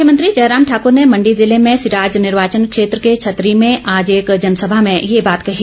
मुख्यमंत्री जयराम ठाकूर ने मंडी जिले में सिराज निर्वाचन क्षेत्र के छत्तरी में आज एक जनसभा में ये बात कही